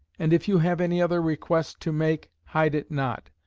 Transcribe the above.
and if you have any other request to make, hide it not.